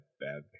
bad